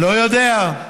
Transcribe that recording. לא יודע.